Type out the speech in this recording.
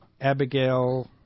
Abigail